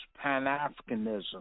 Pan-Africanism